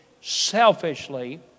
selfishly